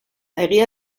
egia